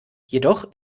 jedoch